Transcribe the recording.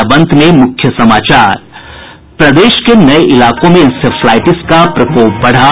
और अब अंत में मुख्य समाचार प्रदेश के नये इलाकों में इंसेफ्लाटिस का प्रकोप बढ़ा